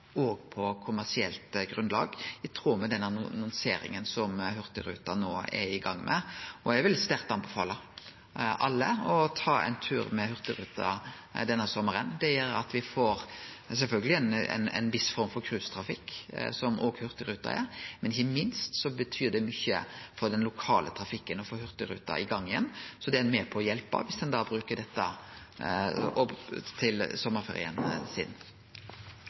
på kommersielt grunnlag, i tråd med den annonseringa som Hurtigruten no er i gang med. Eg vil sterkt anbefale alle å ta ein tur med hurtigruta denne sommaren. Det gjer at me sjølvsagt får ein viss form for cruisetrafikk, som hurtigruta òg er, men ikkje minst betyr det mykje for den lokale trafikken å få hurtigruta i gang igjen. Det er med på å hjelpe viss ein brukar dette tilbodet i sommarferien.